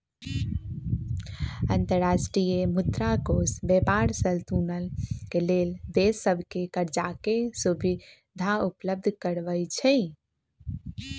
अंतर्राष्ट्रीय मुद्रा कोष व्यापार संतुलन के लेल देश सभके करजाके सुभिधा उपलब्ध करबै छइ